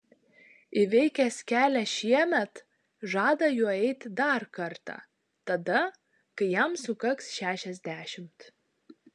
įveikęs kelią šiemet žada juo eiti dar kartą tada kai jam sukaks šešiasdešimt